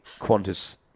Qantas